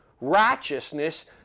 righteousness